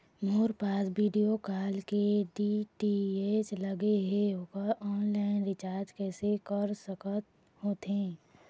मोर पास वीडियोकॉन के डी.टी.एच लगे हे, ओकर ऑनलाइन रिचार्ज कैसे कर सकत होथे?